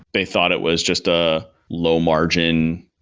they thought it was just a low-margin